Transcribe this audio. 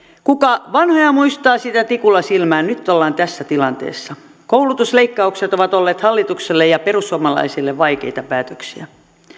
kuka vanhoja muistaa sitä tikulla silmään nyt ollaan tässä tilanteessa koulutusleikkaukset ovat olleet hallitukselle ja perussuomalaisille vaikeita päätöksiä